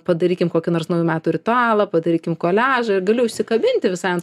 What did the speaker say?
padarykim kokį nors naujų metų ritualą padarykim koliažą ir gali užsikabinti visai ant to